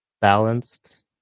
balanced